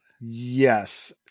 Yes